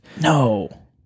no